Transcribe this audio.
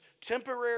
temporary